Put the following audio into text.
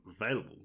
available